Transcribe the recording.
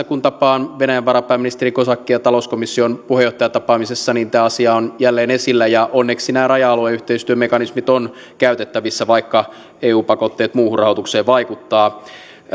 kun tapaan venäjän varapääministeri kozakin talouskomission puheenjohtajatapaamisessa tämä asia on jälleen esillä onneksi nämä raja alueyhteistyön mekanismit ovat käytettävissä vaikka eu pakotteet muuhun rahoitukseen vaikuttavat